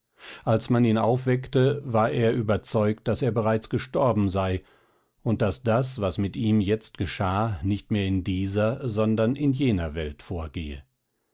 als man ihn aufweckte war er überzeugt daß er bereits gestorben sei und daß das was mit ihm jetzt geschah nicht mehr in dieser sondern in jener welt vorgehe